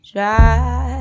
Try